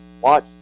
Watch